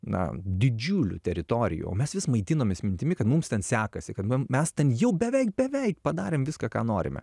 na didžiulių teritorijų o mes vis maitinomės mintimi kad mums ten sekasi kadmum mes ten jau beveik beveik padarėm viską ką norime